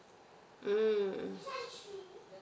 mm